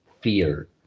fear